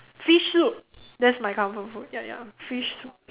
fish soup that's my comfort food ya ya fish soup